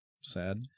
sad